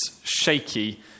shaky